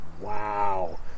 wow